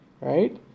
right